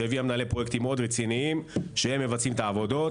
שהביאה מנהלי פרויקטים מאוד רציניים שמבצעים את העבודות,